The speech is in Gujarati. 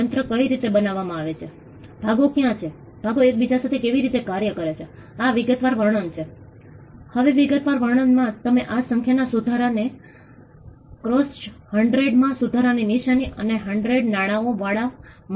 તેઓ કેવી રીતે ભાગ લેવા માંગે છે તે ઠીક છે કે તેઓ કેવી રીતે ભાગ લેવાનું પસંદ કરે છે તે હંમેશા બહારના લોકો હોય છે જેઓ હિસ્સેદારીના વાસ્તવિક ભાગીદારો નથી જેઓ ભોગ નથી